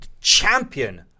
champion